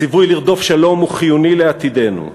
הציווי לרדוף שלום הוא חיוני לעתידנו.